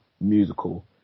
musical